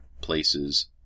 places